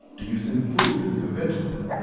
do you send food to the convention center?